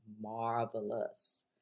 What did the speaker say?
marvelous